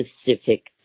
specific